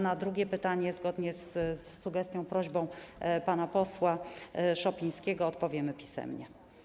Na drugie pytanie zgodnie z sugestią, prośbą pana posła Szopińskiego odpowiemy pisemnie.